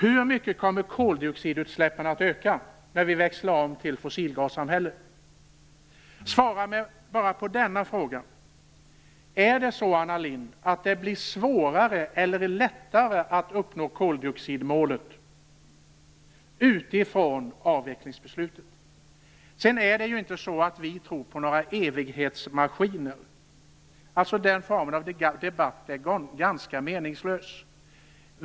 Hur mycket kommer koldioxidutsläppen att öka, när vi växlar om till fossilgassamhället? Svara mig bara på denna fråga, Anna Lindh: Blir det svårare eller lättare att uppnå koldioxidmålet genom avvecklingsbeslutet? Vi tror naturligtvis inte på några evighetsmaskiner. Den formen av debatt är ganska meningslös.